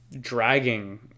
dragging